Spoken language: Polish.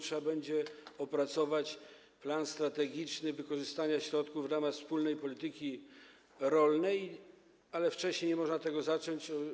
Trzeba będzie opracować plan strategiczny wykorzystania środków w ramach wspólnej polityki rolnej, ale wcześniej nie można tego zacząć.